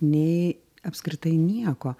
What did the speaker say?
nei apskritai nieko